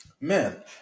Man